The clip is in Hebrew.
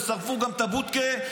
ושרפו גם את הבודקה,